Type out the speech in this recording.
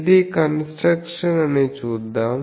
ఇది కన్స్ట్రక్షన్ అని చూద్దాం